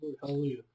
Hallelujah